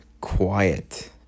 quiet